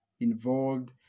involved